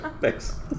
Thanks